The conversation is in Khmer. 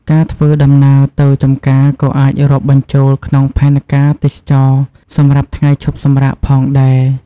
ការធ្វើដំណើរទៅចម្ការក៏អាចរាប់បញ្ចូលក្នុងផែនការទេសចរណ៍សម្រាប់ថ្ងៃឈប់សម្រាកផងដែរ។